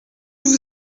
vous